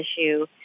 issue